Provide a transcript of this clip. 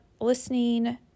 listening